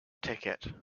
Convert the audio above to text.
ticket